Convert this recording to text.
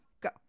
go